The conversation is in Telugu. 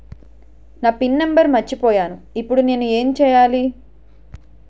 నా పిన్ నంబర్ మర్చిపోయాను ఇప్పుడు నేను ఎంచేయాలి?